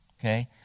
okay